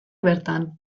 bertan